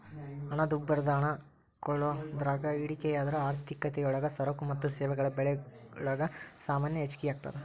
ಹಣದುಬ್ಬರದ ಹಣ ಕೊಳ್ಳೋದ್ರಾಗ ಇಳಿಕೆಯಾದ್ರ ಆರ್ಥಿಕತಿಯೊಳಗ ಸರಕು ಮತ್ತ ಸೇವೆಗಳ ಬೆಲೆಗಲೊಳಗ ಸಾಮಾನ್ಯ ಹೆಚ್ಗಿಯಾಗ್ತದ